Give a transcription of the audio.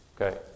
Okay